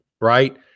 Right